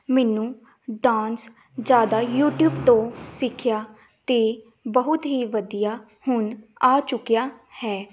ਮੈਨੂੰ ਡਾਂਸ ਜ਼ਿਆਦਾ ਯੂਟੀਊਬ ਤੋਂ ਸਿੱਖਿਆ ਅਤੇ ਬਹੁਤ ਹੀ ਵਧੀਆ ਹੁਣ ਆ ਚੁੱਕਿਆ ਹੈ